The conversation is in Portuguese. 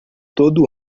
todo